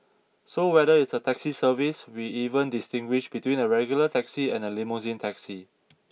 so whether it's a taxi service we even distinguish between a regular taxi and a limousine taxi